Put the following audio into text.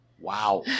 Wow